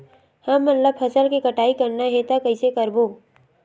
हमन ला फसल के कटाई करना हे त कइसे करबो?